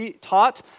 taught